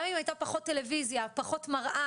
גם אם הייתה פחות טלוויזיה, פחות מראה